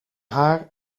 haar